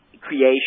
creation